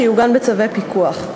שיעוגן בצווי פיקוח.